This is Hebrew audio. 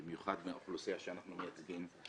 במיוחד מהאוכלוסייה שאנחנו מייצגים,